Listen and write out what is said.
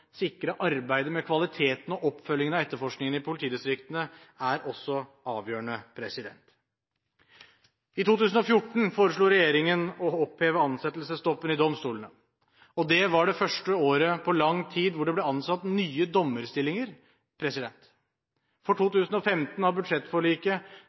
sikre arbeidet med kvaliteten og oppfølgingen av etterforskningen i politidistriktene, er også avgjørende. I 2014 foreslo regjeringen å oppheve ansettelsesstoppen i domstolene. Det var det første året på lang tid hvor det ble ansatt nye dommerstillinger. For